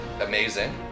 amazing